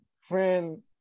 friend